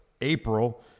April